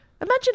Imagine